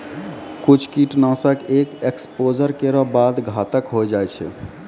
कुछ कीट नाशक एक एक्सपोज़र केरो बाद घातक होय जाय छै